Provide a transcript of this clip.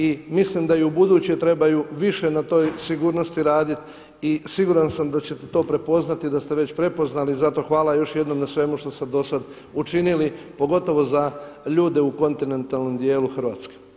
I mislim da i ubuduće trebaju više na toj sigurnosti radit i siguran sam da ćete to prepoznati i da ste već prepoznali zato hvala još jednom na svemu i što ste do sada učinili pogotovo za ljude u kontinentalnom dijelu Hrvatske.